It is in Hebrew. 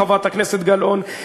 חברת הכנסת גלאון,